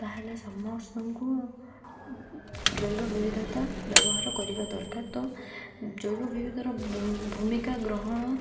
ତାହେଲେ ସମସ୍ତଙ୍କୁ ଜୈବ ବିବିଧତା ବ୍ୟବହାର କରିବା ଦରକାର ତ ଜୈବ ବିବିଧତାର ଭୂମିକା ଗ୍ରହଣ